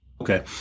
Okay